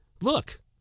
look